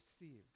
received